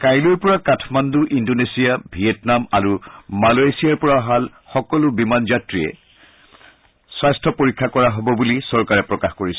কাইলৈৰ পৰা Kathmandu Indonesia Vietnam আৰু মালয়েছিয়াৰ পৰা অহা সকলো বিমান যাত্ৰীৰে স্বাস্থ্য পৰীক্ষা কৰা হ'ব বুলি চৰকাৰে প্ৰকাশ কৰিছে